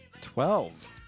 Twelve